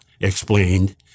explained